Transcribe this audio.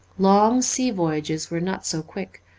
long sea voyages were not so quick,